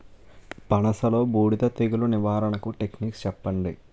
పనస లో బూడిద తెగులు నివారణకు టెక్నిక్స్ చెప్పండి?